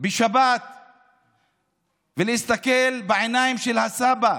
בשבת ולהסתכל בעיניים של הסבא,